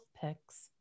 Picks